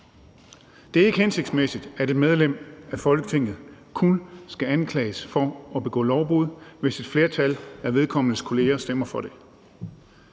Det er ikke hensigtsmæssigt, at et medlem af Folketinget kun skal anklages for at begå lovbrud, hvis et flertal af vedkommendes kolleger stemmer for det.